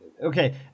Okay